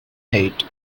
hate